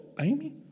Amy